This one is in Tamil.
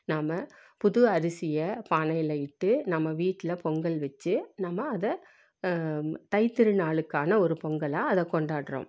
நாம் புது அரிசியை பானையில் இட்டு நம்ம வீட்டில் பொங்கல் வெச்சு நம்ம அதை தைத்திருநாளுக்கான ஒரு பொங்கலாக அதை கொண்டாடுறோம்